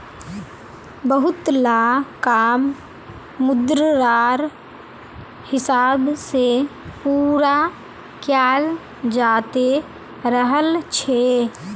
बहुतला काम मुद्रार हिसाब से पूरा कियाल जाते रहल छे